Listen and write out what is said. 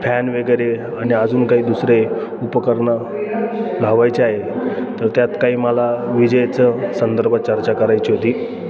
fan वगैरे आणि अजून काही दुसरे उपकरणं लावायचे आहे तर त्यात काही मला विजेचं संदर्भ चर्चा करायची होती